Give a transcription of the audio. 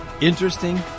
Interesting